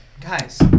Guys